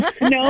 No